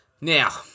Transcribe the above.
Now